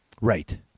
Right